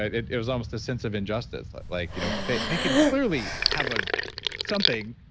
it it was almost a sense of injustice like like you know they they could clearly have ah something,